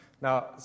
Now